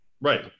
right